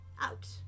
out